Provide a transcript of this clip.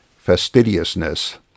fastidiousness